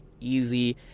easy